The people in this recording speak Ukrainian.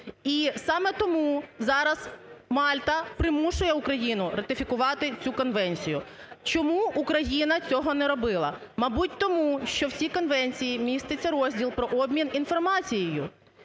і саме тому зараз Мальта примушує Україну ратифікувати цю конвенцію. Чому Україна цього не робила? Мабуть тому, що в цій конвенції міститься розділ про обмін інформацією.